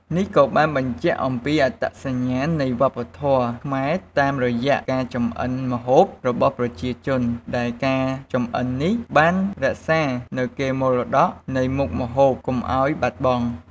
នេះក៏បានបញ្ជាក់អំពីអត្តញ្ញាណនៃវប្បធម៌ខ្មែរតាមរយៈនៃការចម្អិនម្ហូបរបស់ប្រជាជន ដែលការចម្អិននេះបានរក្សានៅកេរមរតកនៃមុខម្ហូបកុំអោយបាត់បង់។